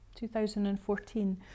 2014